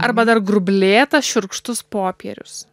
arba dar grublėtas šiurkštus popierius